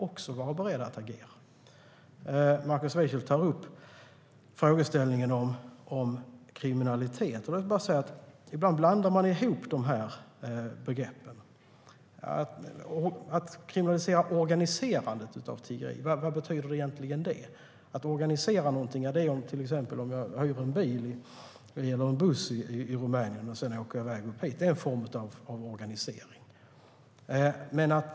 Markus Wiechel tar upp frågeställningen om kriminalitet, men ibland blandar man ihop begreppen. Vad betyder det egentligen att kriminalisera organiserandet av tiggeri? Att till exempel hyra en bil eller buss i Rumänien och sedan åka upp hit är en form av organisering.